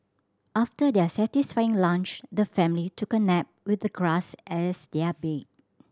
after their satisfying lunch the family took a nap with the grass as their bed